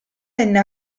venne